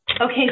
Okay